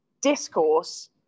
discourse